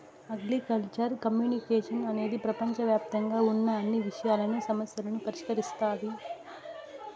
agricultural communication అనేది ప్రపంచవ్యాప్తంగా ఉన్న అన్ని విషయాలను, సమస్యలను పరిష్కరిస్తాది